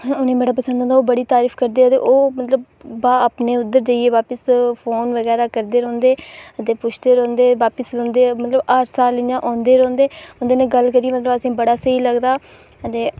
उ'नें ई बड़ा पसंद औंदा ओह् बड़ी तारीफ करदे ओह् मतलब अपने उद्धर जाइयै बाकी फोन बगैरा करदे रौंह्दे अते पुछदे रौंह्दे वापिस औंदे मतलब हर साल इ'यां औंदे रौंह्दे उं'दे नै गल्ल करियै मतलब असें ई बड़ा स्हेई लगदा अते